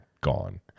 gone